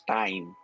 time